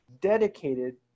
dedicated